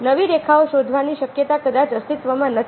નવી રેખાઓ શોધવાની શક્યતા કદાચ અસ્તિત્વમાં નથી